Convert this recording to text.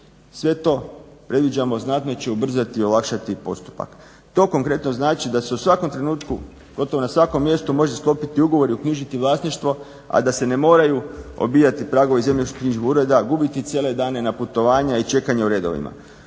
Sve to predviđamo znatno će ubrzati i olakšati postupak. To konkretno znači da se u svakom trenutku gotovo na svakom mjestu može sklopiti ugovori i uknjižiti vlasništvo, a da se ne moraju obijati pragovi zemljišnoknjižnih ureda, gubiti cijele dane na putovanja i čekanja u redovima,